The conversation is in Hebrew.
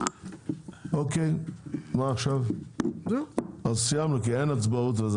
סיימנו, כי אין הצבעות.